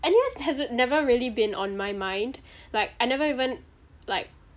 N_U_S hasn't never really been on my mind like I never even like